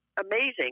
amazing